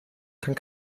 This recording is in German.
kann